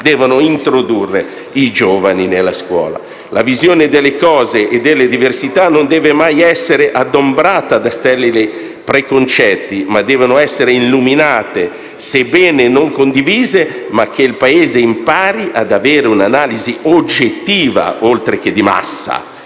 insegnanti giovani nella scuola. La visione delle cose e delle diversità non deve mai essere adombrata da sterili preconcetti, ma deve essere illuminata, sebbene non condivisa, affinché il Paese impari ad avere un'analisi oggettiva oltre che di massa.